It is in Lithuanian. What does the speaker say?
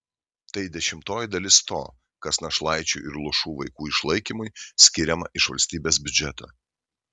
tai dešimtoji dalis to kas našlaičių ir luošų vaikų išlaikymui skiriama iš valstybės biudžeto